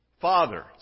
father